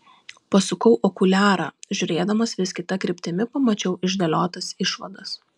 pasukau okuliarą žiūrėdamas vis kita kryptimi pamačiau išdėliotas išvadas